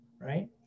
right